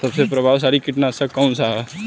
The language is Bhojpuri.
सबसे प्रभावशाली कीटनाशक कउन सा ह?